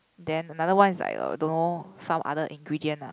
then another one is like uh don't know some other ingredient ah